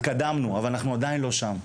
התקדמנו, אבל אנחנו עדיין לא שם.